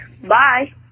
Bye